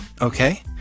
okay